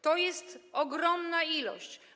To jest ogromna ilość.